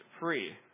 free